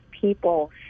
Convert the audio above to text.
people